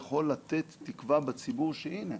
יכולה לתת תקווה בציבור שהינה,